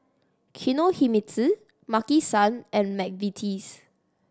Kinohimitsu Maki San and McVitie's